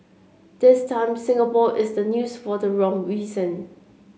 this time Singapore is the news for the wrong reason